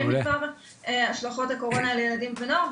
בנושא השלכות הקורונה על בני ובנות נוער,